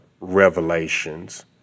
Revelations